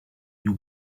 you